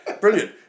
brilliant